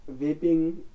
Vaping